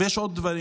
אבל יש עוד דברים.